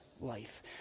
life